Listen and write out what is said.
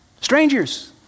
strangers